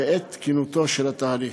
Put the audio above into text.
ועל תקינותו של ההליך.